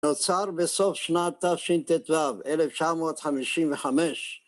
נוצר בסוף שנת תשט"ו, 1955